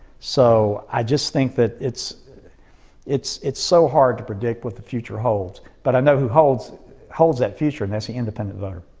so i just think that it's it's so hard to predict what the future holds, but i knew who holds holds that future and that's the independent voter.